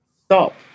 Stop